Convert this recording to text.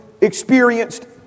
experienced